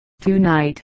tonight